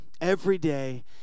Everyday